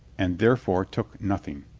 and there fore took nothing.